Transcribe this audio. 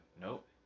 Nope